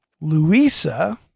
Louisa